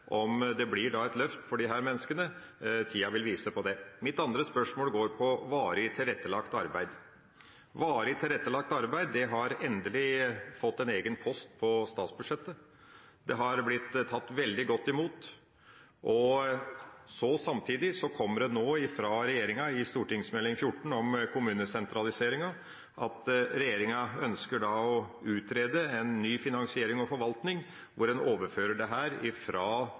om det blir et løft for disse menneskene. Tida vil vise det. Mitt andre spørsmål handler om varig tilrettelagt arbeid. Varig tilrettelagt arbeid har endelig fått en egen post på statsbudsjettet. Det har blitt tatt veldig godt imot. Samtidig kom det nå fra regjeringa, i Meld. St. 14 for 2014–2015 om kommunesentraliseringa, at regjeringa ønsker å utrede en ny finansiering og forvaltning, hvor en overfører